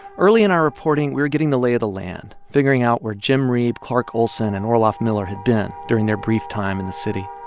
early in our reporting, we were getting the lay of the land, figuring out where jim reeb, clark olsen and orloff miller had been during their brief time in the city.